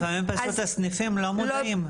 ולפעמים פשוט הסניפים לא מודעים,